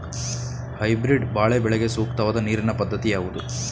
Hybrid ಬಾಳೆ ಬೆಳೆಗೆ ಸೂಕ್ತವಾದ ನೀರಿನ ಪದ್ಧತಿ ಯಾವುದು?